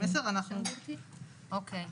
אוקי.